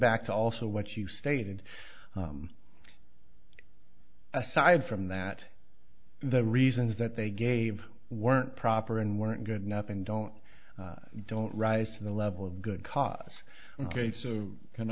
back to also what you've stated aside from that the reasons that they gave weren't proper and weren't good enough and don't don't rise to the level of good cause ok so can